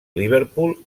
liverpool